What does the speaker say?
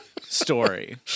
story